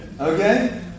Okay